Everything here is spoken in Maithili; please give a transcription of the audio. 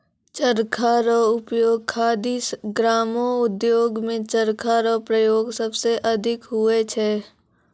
चरखा रो उपयोग खादी ग्रामो उद्योग मे चरखा रो प्रयोग सबसे अधिक हुवै छै